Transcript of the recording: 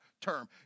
term